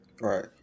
Right